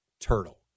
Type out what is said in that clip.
turtle